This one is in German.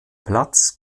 platz